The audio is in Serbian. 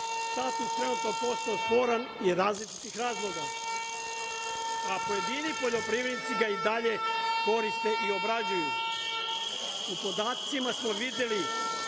status postaje sporan iz različitih razloga, a pojedini poljoprivrednici i dalje koriste i obrađuju.U podacima smo videli